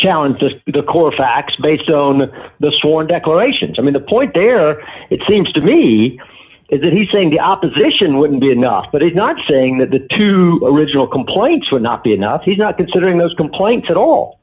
challenge just the core facts based on the storm declarations i mean the point there it seems to me is that he's saying the opposition wouldn't be enough but he's not saying that the two original complaints would not be enough he's not considering those complaints at all